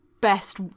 best